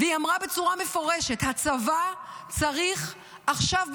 והיא אמרה בצורה מפורשת: הצבא צריך עכשיו,